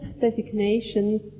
designations